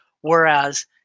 Whereas